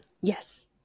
Yes